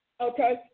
Okay